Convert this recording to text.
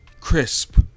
crisp